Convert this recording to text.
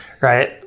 right